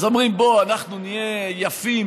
אז אומרים: בואו אנחנו נהיה יפים.